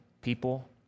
people